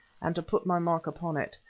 and to put my mark upon it.